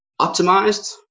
optimized